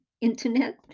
internet